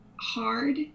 hard